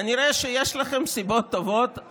כנראה שיש לכם סיבות טובות.